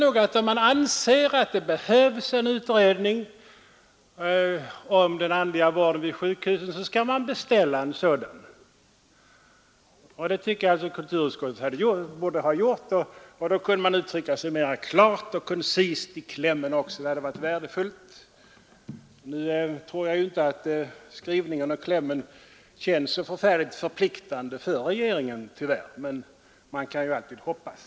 Om man anser att det behövs en utredning om den andliga vården vid sjukhusen, så tycker jag att man skall beställa en sådan. Det borde alltså kulturutskottet ha gjort. Då hade man också kunnat uttrycka sig mera klart och koncist i klämmen — det hade varit värdefullt. Som det är nu tror jag tyvärr inte att skrivningen och klämmen känns så förfärligt förpliktande för regeringen, men vi kan ju alltid hoppas.